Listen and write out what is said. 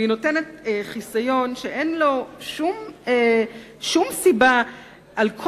וגם תעניקו חיסיון שאין לו שום סיבה מפני צילום,